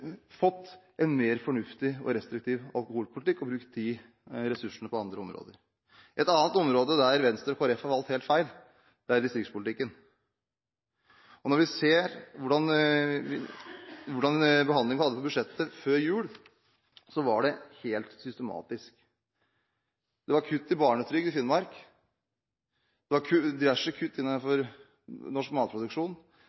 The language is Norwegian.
fått en mer fornuftig og restriktiv alkoholpolitikk og kunnet bruke de ressursene på andre områder. Et annet område der Venstre og Kristelig Folkeparti har valgt helt feil, er i distriktspolitikken. Når vi ser hva slags behandling vi hadde av budsjettet før jul, var det helt systematisk. Det var kutt i barnetrygd i Finnmark. Det var diverse kutt